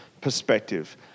perspective